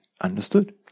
understood